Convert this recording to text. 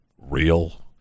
real